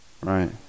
right